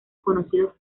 conocidos